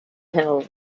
hill